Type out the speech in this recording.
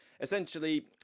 essentially